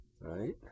right